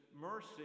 mercy